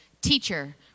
Teacher